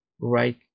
right